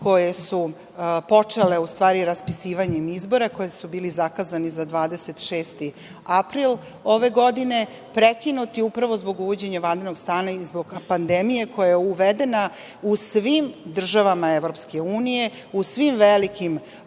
koje su počele raspisivanjem izbora, koji su bili zakazani za 26. april ove godine, prekinuti upravo zbog uvođenja vanrednog stanja i zbog pandemije koja je uvedena u svim državama EU, u svim velikim